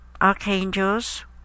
Archangels